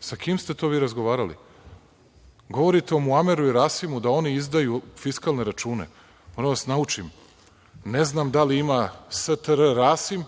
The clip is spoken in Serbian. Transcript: Sa kim ste vi to razgovarali? Govorite o Muameru i Rasimu, da oni izdaju fiskalne račune. Moram da vas naučim, ne znam da li ima STR Rasim